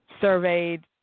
surveyed